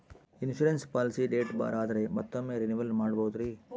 Insurance policy date ಬಾರ್ ಆದರೆ ಮತ್ತೊಮ್ಮೆ ರಿನಿವಲ್ ಮಾಡಬಹುದ್ರಿ?